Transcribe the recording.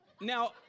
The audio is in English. Now